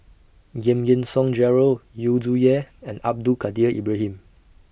Giam Yean Song Gerald Yu Zhuye and Abdul Kadir Ibrahim